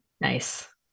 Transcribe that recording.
Nice